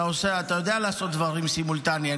אתה יודע לעשות דברים סימולטני.